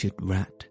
rat